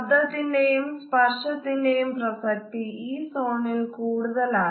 ശബ്ദത്തിന്റെയും സ്പര്ശത്തിന്റെയും പ്രസക്തി ഈ സോണിൽ കൂടുതലാണ്